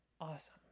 awesome